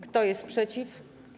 Kto jest przeciw?